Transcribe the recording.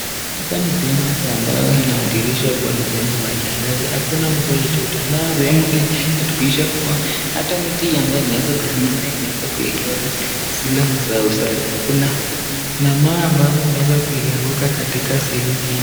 Hapa ni sehemu ambayo inadhihirisha kuwa ni majira ya kiangazi, hakuna mvua yoyote. Na sehemu hii inadhihirisha kuwa hata miti ambayo imeweza kusimama imeweza kukosa ile mazao yake. Kuna majani ambayo yameweza kuanguka katika sehemu hii.